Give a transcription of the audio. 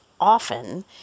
often